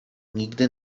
nigdy